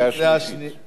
מצביעים בקריאה שלישית.